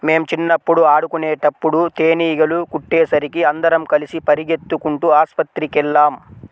మేం చిన్నప్పుడు ఆడుకునేటప్పుడు తేనీగలు కుట్టేసరికి అందరం కలిసి పెరిగెత్తుకుంటూ ఆస్పత్రికెళ్ళాం